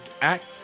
act